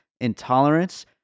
intolerance